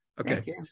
okay